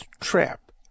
trap